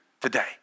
today